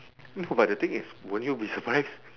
no but the thing is won't you be surprised